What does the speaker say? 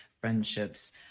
friendships